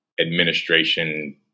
administration